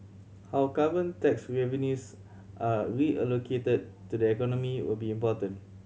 how carbon tax revenues are reallocated to the economy will be important